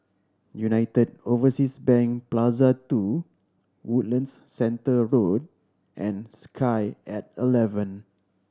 United Overseas Bank Plaza Two Woodlands Centre Road and Sky At Eleven